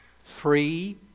Three